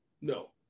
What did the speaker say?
no